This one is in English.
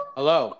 Hello